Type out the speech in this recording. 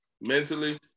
mentally